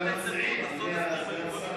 למציעים, אדוני סגן השר.